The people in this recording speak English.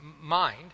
mind